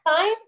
time